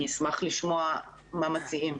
אשמח לשמוע מה מציעים.